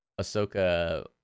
Ahsoka